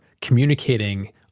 communicating